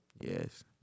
Yes